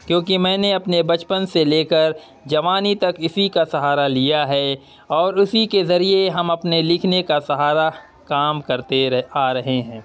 کیونکہ میں نے اپنے بچپن سے لے کر جوانی تک اسی کا سہارا لیا ہے اور اسی کے ذریعے ہم اپنے لکھنے کا سہارا کام کرتے آ رہے ہیں